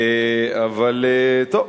אבל טוב,